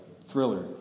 thriller